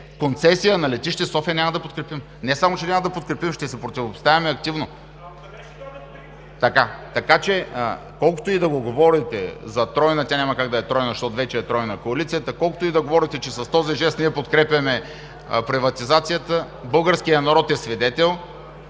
концесия на Летище София няма да подкрепим! Не само че няма да я подкрепим – ще се противопоставяме активно! Колкото и да го говорите за тройна, а тя няма как да е тройна, защото вече е тройна коалицията, колкото и да говорите, че с този жест ние подкрепяме приватизацията, българският народ е свидетел,